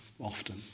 often